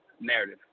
narrative